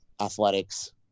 athletics